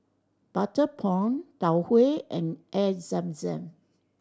butter prawn Tau Huay and Air Zam Zam